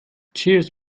cheers